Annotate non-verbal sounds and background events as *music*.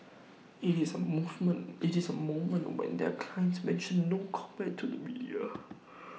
IT is the moment IT is the moment when their clients mention no comment to the media *noise*